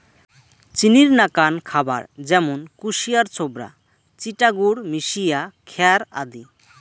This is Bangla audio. চিনির নাকান খাবার য্যামুন কুশিয়ার ছোবড়া, চিটা গুড় মিশিয়া খ্যার আদি